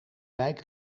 wijk